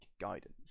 guidance